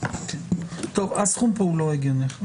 הסכום פה לא הגיוני.